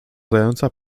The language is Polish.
zająca